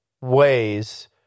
ways